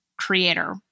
creator